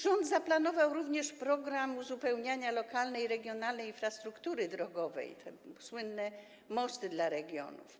Rząd zaplanował również program uzupełniania lokalnej i regionalnej infrastruktury drogowej, te słynne mosty dla regionów.